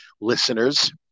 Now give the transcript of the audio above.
listeners